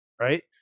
right